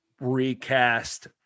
recast